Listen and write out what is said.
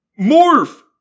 Morph